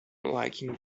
liking